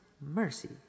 mercy